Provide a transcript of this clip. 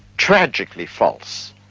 tragically false.